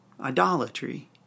idolatry